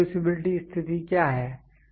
reproducibility स्थिति क्या हैं